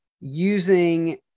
using